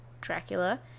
Dracula